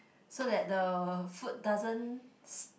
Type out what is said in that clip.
so that the food doesn't s~